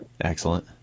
Excellent